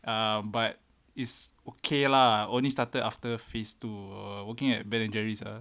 um but it's okay lah I've only started after phase two err working at ben and jerry's